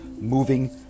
moving